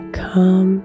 come